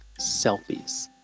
selfies